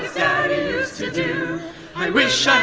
daddy used to do i wish